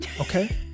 Okay